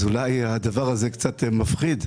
אולי הדבר הזה קצת מפחיד.